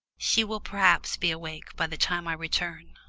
she will perhaps be awake by the time i return.